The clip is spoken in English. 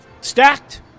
stacked